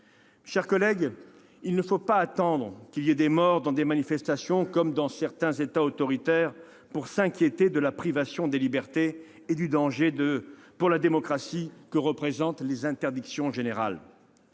chers collègues, il ne faut pas attendre qu'il y ait des morts dans des manifestations, comme c'est le cas dans certains États autoritaires, pour s'inquiéter de la privation des libertés et du danger pour la démocratie que représentent les interdictions générales.